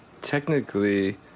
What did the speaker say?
technically